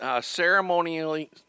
ceremonially